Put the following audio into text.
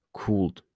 cooled